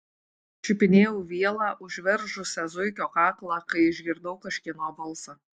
čiupinėjau vielą užveržusią zuikio kaklą kai išgirdau kažkieno balsą